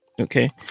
Okay